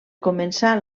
començar